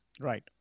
Right